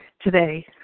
today